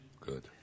Good